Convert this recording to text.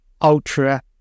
ultra